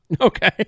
Okay